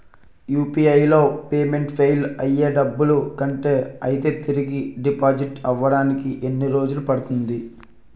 UPI లో payment fail అయ్యి డబ్బులు కట్ అయితే తిరిగి డిపాజిట్ అవ్వడానికి ఎన్ని రోజులు పడుతుంది?